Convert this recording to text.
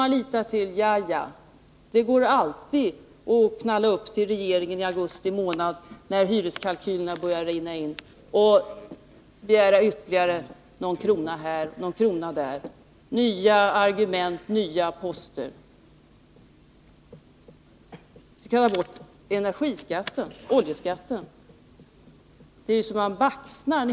Man litar till att det alltid går att knalla upp till regeringen i augusti månad när hyreskalkylerna börjar rinna in och begära ytterligare någon krona här och någon krona där, nya argument och nya poster. Ta bort energiskatten, oljeskatten — det är så man baxnar.